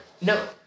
No